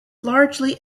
largely